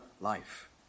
life